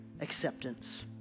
acceptance